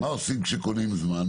מה עושים כשקונים זמן?